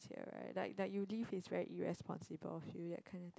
say right like like you leave is very irresponsible that kind of thing